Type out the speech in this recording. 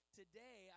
today